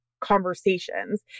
conversations